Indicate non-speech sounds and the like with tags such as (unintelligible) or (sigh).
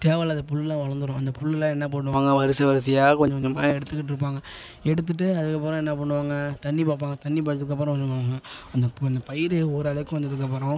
தேவை இல்லாத புல்லுலாம் வளர்ந்துரும் அந்த புல்லுலாம் என்ன பண்ணுவாங்க வரிசை வரிசையாக கொஞ்சம் கொஞ்சமாக எடுத்துக்கிட்டு இருப்பாங்க எடுத்துகிட்டு அதுக்கப்புறம் என்ன பண்ணுவாங்க தண்ணி பார்ப்பாங்க தண்ணி பார்த்ததுக்கப்பறம் (unintelligible) அந்த அந்த பயிர் ஓரளவுக்கு வந்ததுக்கப்புறம்